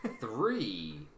Three